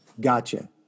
Gotcha